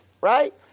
right